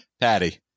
Patty